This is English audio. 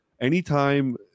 Anytime